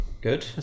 good